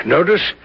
Notice